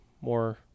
more